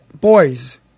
boys